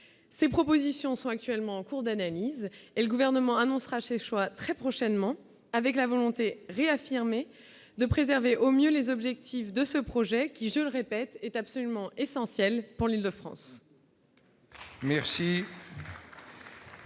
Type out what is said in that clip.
ces propositions sont actuellement en cours d'analyse et le gouvernement annoncera chez soi très prochainement avec la volonté réaffirmée de préserver au mieux les objectifs de ce projet qui, je répète, est absolument essentielle pour l'Île-de-France.